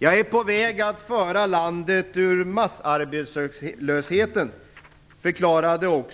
"Jag är på väg att föra landet ur massarbetslösheten", förklarade